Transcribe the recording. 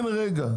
תמתין רגע.